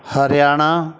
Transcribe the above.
Haryana